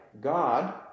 God